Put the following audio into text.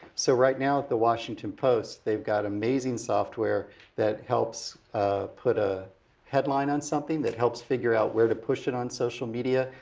so right now, the washington post, they've got amazing software that helps put a headline on something, that helps figure out where to push it on social media,